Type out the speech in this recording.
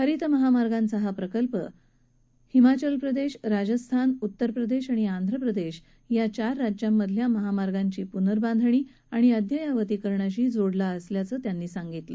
हरित महामार्गांचा हा प्रकल्प हिमाचल प्रदेश राज्यस्थान उत्तर प्रदेश आणि आंध्र प्रदेश या चार राज्यांमधल्या महामार्गांची पुनर्बांधणी आणि अद्ययावतीकरणाशी जोडलेला असल्याचं त्यांनी स्पष्ट केलं